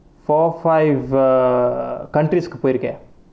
four five uh countries கு போய்ருக்கேன்:ku poyirukaen